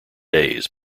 days